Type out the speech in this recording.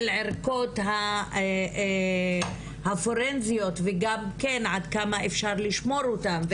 ערכות הפורנזיות וגם כן עד כמה אפשר לשמור אותן,